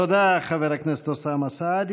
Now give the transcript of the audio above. תודה, חבר הכנסת אוסאמה סעדי.